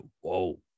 whoa